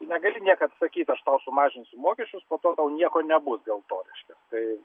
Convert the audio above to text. negali niekad sakyt aš tau sumažinsiu mokesčius po to tau nieko nebus dėl to reiškias tai